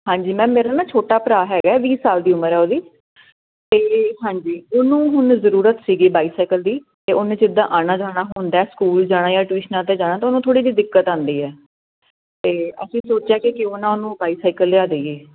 ਹਾਂਜੀ ਮੈਮ ਮੇਰਾ ਨਾ ਛੋਟਾ ਭਰਾ ਹੈਗਾ ਵੀਹ ਸਾਲ ਦੀ ਉਮਰ ਹੈ ਉਹਦੀ ਅਤੇ ਹਾਂਜੀ ਉਹਨੂੰ ਹੁਣ ਜ਼ਰੂਰਤ ਸੀਗੀ ਬਾਈਸਾਈਕਲ ਦੀ ਅਤੇ ਉਹਨੇ ਜਿੱਦਾਂ ਆਉਣਾ ਹੁੰਦਾ ਸਕੂਲ ਜਾਣਾ ਜਾਂ ਟਿਊਸ਼ਨਾਂ 'ਤੇ ਜਾਣਾ ਤਾਂ ਉਹਨੂੰ ਥੋੜ੍ਹੀ ਜਿਹੀ ਦਿੱਕਤ ਆਉਂਦੀ ਹੈ ਅਤੇ ਅਸੀਂ ਸੋਚਿਆ ਕਿ ਕਿਉਂ ਨਾ ਉਹਨੂੰ ਬਾਈਸਾਈਕਲ ਲਿਆ ਦੇਈਏ